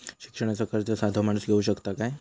शिक्षणाचा कर्ज साधो माणूस घेऊ शकता काय?